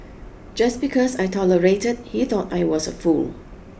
just because I tolerated he thought I was a fool